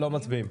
לא מצביעים.